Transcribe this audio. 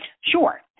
Sure